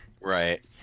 Right